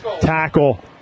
tackle